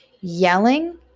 yelling